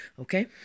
Okay